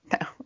no